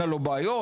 בעיות,